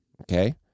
Okay